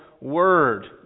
Word